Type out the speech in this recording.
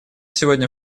сегодня